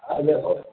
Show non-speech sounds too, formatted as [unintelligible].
[unintelligible]